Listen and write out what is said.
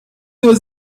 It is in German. nur